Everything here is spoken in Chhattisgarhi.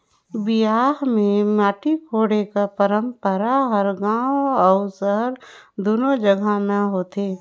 बिहा मे माटी कोड़े कर पंरपरा हर गाँव अउ सहर दूनो जगहा मे होथे